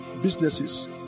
businesses